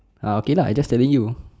ah okay lah I just telling you